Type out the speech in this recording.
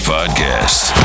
Podcast